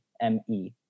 M-E